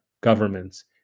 governments